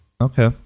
Okay